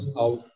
out